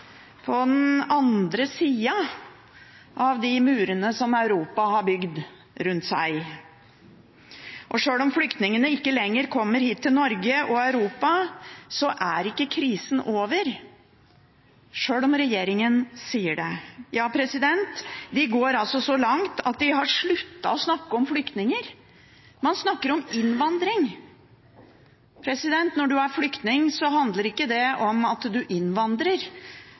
på den andre siden av de murene som Europa har bygd rundt seg. Sjøl om flyktningene ikke lenger kommer hit til Norge og Europa, er ikke krisen over, sjøl om regjeringen sier det. De har gått så langt som til å slutte å snakke om flyktninger. Man snakker om innvandring. Når man er flyktning, handler det ikke om at man innvandrer. Det handler om at